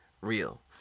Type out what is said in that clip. real